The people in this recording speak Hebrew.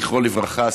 זכרו לברכה,